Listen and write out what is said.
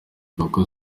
kuko